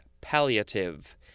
palliative